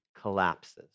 collapses